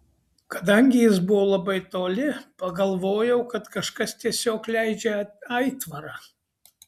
kadangi jis buvo labai toli pagalvojau kad kažkas tiesiog leidžia aitvarą